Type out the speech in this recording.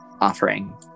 offering